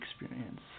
experience